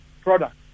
product